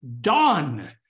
dawn